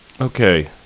Okay